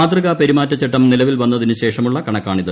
മാതൃകാ പെരുമാറ്റച്ചട്ടം നിലവിൽ വന്നതിന് ശേഷമുള്ള കണക്കാണിത്